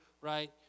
right